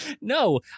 No